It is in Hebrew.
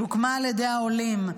שהוקמה על ידי העולים,